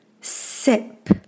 sip